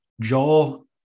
Joel